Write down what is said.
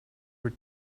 were